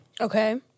Okay